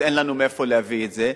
אין לנו מאיפה להביא את זה,